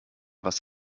was